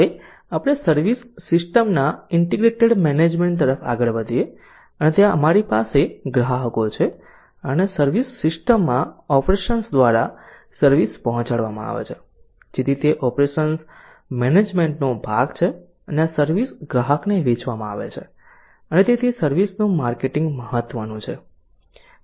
હવે આપડે સર્વિસ સિસ્ટમના ઇન્ટિગ્રેટેડ મેનેજમેન્ટ તરફ આગળ વધીએ અને ત્યાં અમારી પાસે ગ્રાહકો છે અને સર્વિસ સિસ્ટમમાં ઓપરેશન્સ દ્વારા સર્વિસ પહોંચાડવામાં આવે છે જેથી તે ઓપરેશન્સ મેનેજમેન્ટનો ભાગ છે અને આ સર્વિસ ગ્રાહકને વેચવામાં આવે છે અને તેથી સર્વિસ નું માર્કેટિંગ મહત્વનું છે